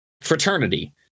Fraternity